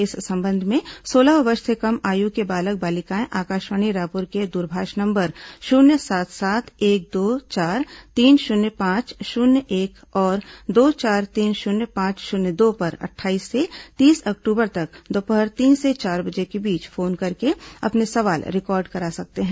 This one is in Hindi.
इस संबंध में सोलह वर्ष से कम आयु के बालक बालिकाएं आकाशवाणी रायपुर के दूरभाष नंबर शून्य सात सात एक दो चार तीन शून्य पांच शून्य एक और दो चार तीन शून्य पांच शून्य दो पर अट्ठाईस से तीस अक्टूबर तक दोपहर तीन से चार बजे के बीच फोन करके अपने सवाल रिकॉर्ड करा सकते हैं